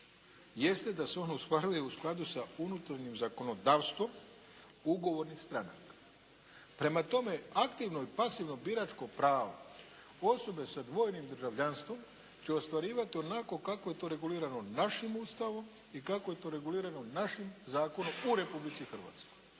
jeste da se on ostvaruje u skladu sa unutarnjim zakonodavstvom ugovornih stranaka. Prema tome aktivno i pasivno biračko pravo osobe sa dvojnim državljanstvom će ostvarivati onako kako je to regulirano našim Ustavom i kako je to regulirano našim zakonom u Republici Hrvatskoj,